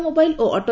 mobile ଓ ଅଟେ